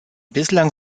bislang